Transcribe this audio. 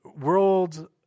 world